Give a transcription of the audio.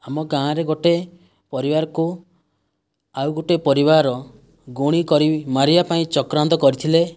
ଆମ ଗାଁରେ ଗୋଟିଏ ପରିବାରକୁ ଆଉ ଗୋଟିଏ ପରିବାର ଗୁଣି କରି ମାରିବା ପାଇଁ ଚକ୍ରାନ୍ତ କରିଥିଲେ